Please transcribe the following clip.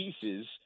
pieces